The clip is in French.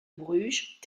bruges